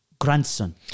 grandson